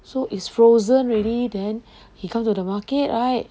so is frozen already then he come to the market right